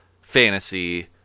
fantasy